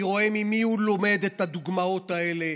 אני רואה ממי הוא לומד את הדוגמאות האלה.